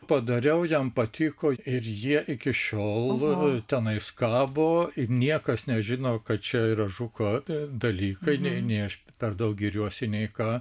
padariau jam patiko ir jie iki šiol tenais kabo ir niekas nežino kad čia yra žuko dalykai nei nei aš per daug giriuosi nei ką